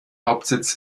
hauptsitz